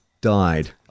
died